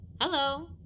Hello